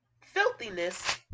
filthiness